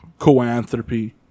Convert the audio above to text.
Coanthropy